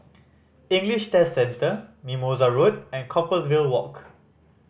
English Test Centre Mimosa Road and Compassvale Walk